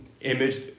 image